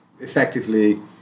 effectively